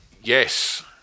yes